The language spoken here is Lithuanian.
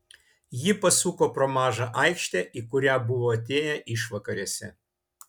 ji pasuko pro tą mažą aikštę į kurią buvo atėję išvakarėse